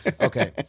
Okay